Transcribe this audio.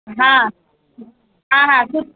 हा हा हा सू